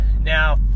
Now